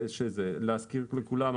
להזכיר לכולם,